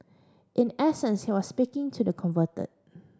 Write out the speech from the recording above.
in essence he was speaking to the converted